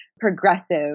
progressive